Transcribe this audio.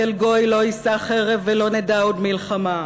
אל גוי לא יישא חרב ולא נדע עוד מלחמה,